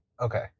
Okay